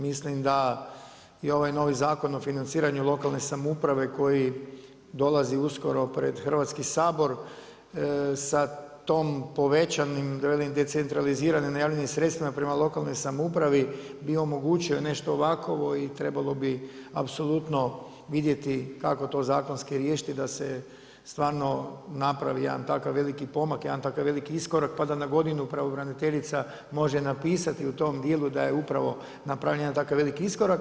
Mislim da i ovaj novi Zakon o financiranju lokalne samouprave koji dolazi uskoro pred Hrvatski sabor sa tim povećanim decentraliziranim najavljenim sredstvima prema lokalnoj samoupravi bi omogućio nešto ovakovo i trebalo bi apsolutno vidjeti kako to zakonski riješiti, da se stvarno napravi jedan takav veliki pomak, jedan takav veliki iskorak, pa da na godinu pravobraniteljica može napisati u tom dijelu da je upravo napravljen takav veliki iskorak.